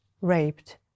raped